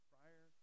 Prior